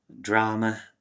Drama